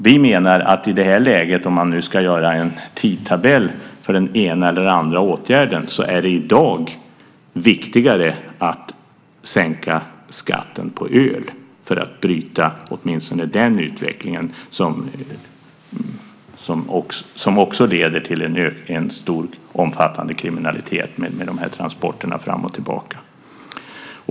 Vi menar att om man i detta läge ska göra en tidtabell för den ena eller andra åtgärden är det i dag viktigare att sänka skatten på öl för att bryta åtminstone den utvecklingen som också leder till en omfattande kriminalitet med dessa transporter fram och tillbaka.